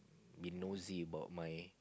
be nosy about my